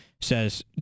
says